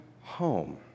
home